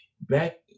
back